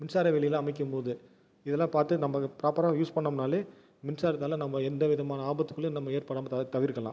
மின்சாரவேலிலாம் அமைக்கும் போது இதெலாம் பார்த்து நம்ம ப்ராப்பராக யூஸ் பண்ணோம்னாலே மின்சாரத்தால் நம்ம எந்த விதமான ஆபத்துகளையும் நம்ம ஏற்படாமல் தவிர் தவிர்க்கலாம்